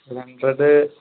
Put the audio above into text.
splendid